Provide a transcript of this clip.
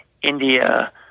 India